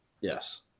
Yes